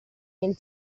nel